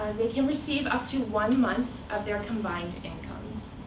they can receive up to one month of their combined incomes.